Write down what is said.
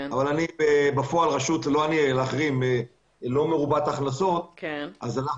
אבל רשות אחרת היא לא מרובת הכנסות אז אנחנו